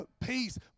peace